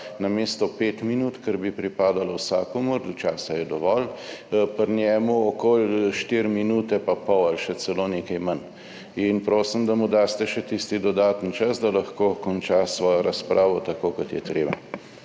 namesto pet minut, ker bi pripadalo vsakomur, časa je dovolj, pri njemu okoli 4 minute pa pol ali še celo nekaj manj. In prosim, da mu daste še tisti dodaten čas, da lahko konča svojo razpravo tako kot je treba.